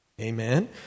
Amen